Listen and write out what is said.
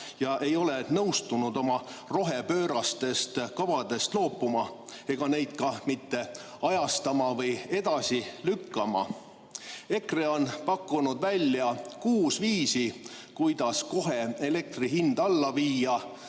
ja ei ole nõustunud oma rohepöörastest kavadest loobuma ega neid ka mitte ajatama või edasi lükkama. EKRE on pakkunud välja kuus viisi, kuidas kohe elektri hind alla viia,